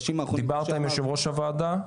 דיברת עם יושב ראש הוועדה?